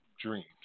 Dreams